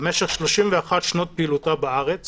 במשך 31 שנות פעילותה בארץ